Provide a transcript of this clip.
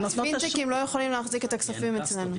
פינטקים לא יכולים להחזיק את הכספים אצלנו.